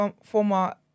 former